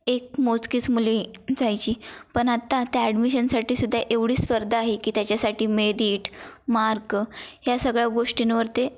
एक मोजकीच मुले जायची पण आता त्या ॲडमिशनसाठी सुद्धा एवढी स्पर्धा आहे की त्याच्यासाठी मेरीट मार्क ह्या सगळ्या गोष्टींवर ते